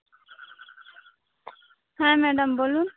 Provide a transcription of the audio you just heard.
হ্যাঁ ম্যাডাম বলুন